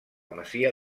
masia